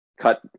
cut